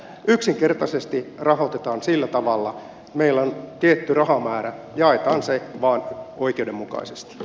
yksinkertaisesti rahoitetaan sillä tavalla että meillä on tietty rahamäärä jaetaan se vaan oikeudenmukaisesti